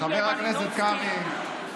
חבר הכנסת קרעי,